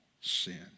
sin